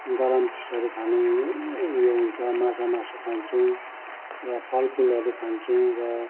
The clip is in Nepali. गरम चिजहरू खाने ऊ यो हुन्छ माछा मासु खान्छु र फल फुलहरू खान्छु र